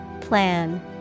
Plan